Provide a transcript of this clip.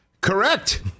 Correct